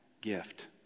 gift